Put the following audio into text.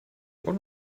what